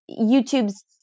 YouTube's